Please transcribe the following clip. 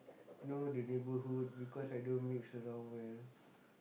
know the neighbourhood because I don't mix around well